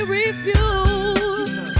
refuse